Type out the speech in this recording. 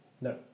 No